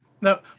No